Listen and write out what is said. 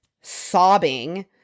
sobbing